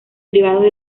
privados